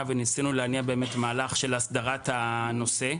וניסינו להניע מהלך של הסדרת הנושא,